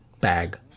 bag